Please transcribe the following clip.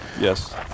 yes